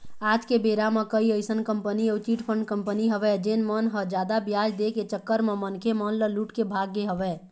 आज के बेरा म कई अइसन कंपनी अउ चिटफंड कंपनी हवय जेन मन ह जादा बियाज दे के चक्कर म मनखे मन ल लूट के भाग गे हवय